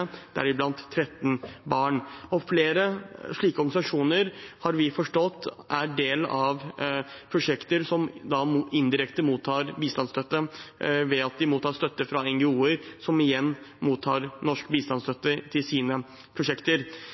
13 barn. Flere slike organisasjoner har vi forstått er del av prosjekter som indirekte mottar bistandsstøtte ved at de mottar støtte fra NGO-er, som igjen mottar norsk bistandsstøtte til sine prosjekter.